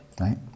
Right